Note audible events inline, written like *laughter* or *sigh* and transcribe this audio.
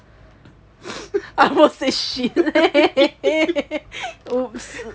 *laughs*